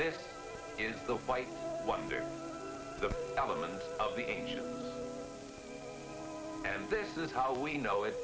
this is the white wonder the element of the angel and this is how we know it